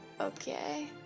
okay